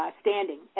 standing